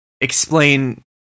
explain